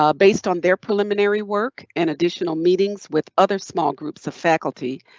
ah based on their preliminary work and additional meetings with other small groups of faculty,